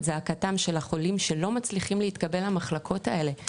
זעקתם של החולים שלא מצליחים להתקבל למחלקות האלה.